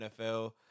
NFL